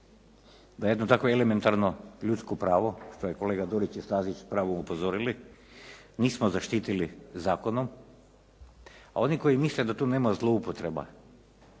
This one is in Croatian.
da jedno takvo elementarno ljudsko pravo što je kolega Dorić i Stazić s pravom upozorili nismo zaštitili zakonom, a oni koji misle da tu nema zloupotreba